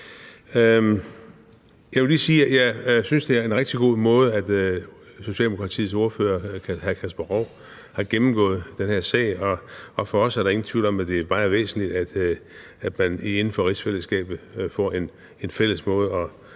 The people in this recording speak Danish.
jeg synes, det er en rigtig god måde, Socialdemokratiets ordfører, hr. Kasper Roug, har gennemgået den her sag på. For os er der ingen tvivl om, at det er meget væsentligt, at vi inden for rigsfællesskabet får en fælles måde